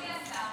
אדוני השר,